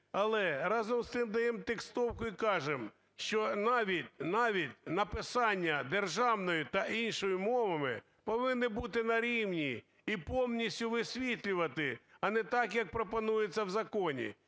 Але, разом з тим, даємо текстовку і кажемо, що, навіть, навіть, написання державною та іншою мовами повинно бути на рівні і повністю висвітлювати, а не так, як пропонується в законі.